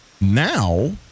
Now